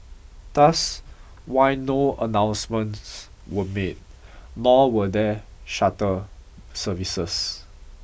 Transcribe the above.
thus why no announcements were made nor were there shutter services